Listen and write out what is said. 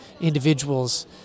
individuals